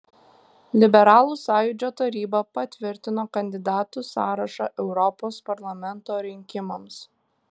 liberalų sąjūdžio taryba patvirtino kandidatų sąrašą europos parlamento rinkimams